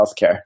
healthcare